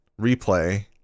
replay